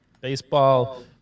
baseball